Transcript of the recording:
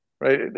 right